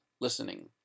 listening